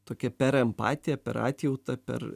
tokią per empatiją per atjautą per